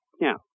Now